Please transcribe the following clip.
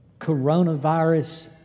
coronavirus